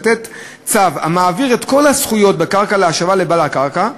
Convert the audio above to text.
לתת צו המעביר את כל הזכויות בקרקע להשבה לבעל הקרקע.